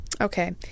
Okay